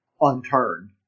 unturned